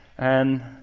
and